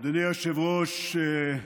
אדוני היושב-ראש, השרים,